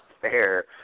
fair